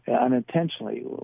unintentionally